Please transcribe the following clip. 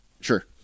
Sure